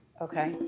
Okay